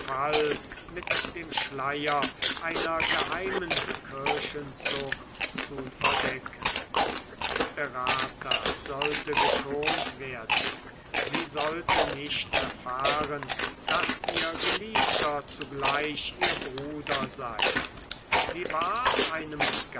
mit dem schleier einer geheimen kirchenzucht zu verdecken sperata sollte geschont werden sie sollte nicht erfahren daß ihr geliebter zugleich ihr bruder sei sie ward einem